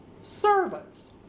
servants